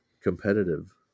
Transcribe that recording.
competitive